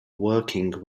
working